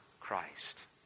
Christ